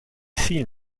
seen